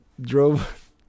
drove